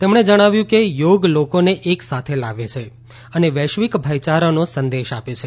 તેમણે જણાવ્યું કે યોગ લોકોને એક સાથે લાવે છે અને વૈશ્વિક ભાઇયારાનો સંદેશ આપે છે